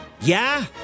Yeah